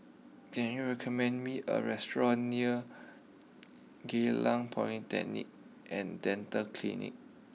can you recommend me a restaurant near Geylang Poly Technic and Dental Clinic